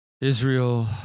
Israel